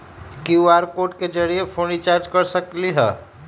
QR code के जरिय phone recharge कर सकली ह?